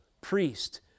priest